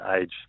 age